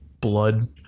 blood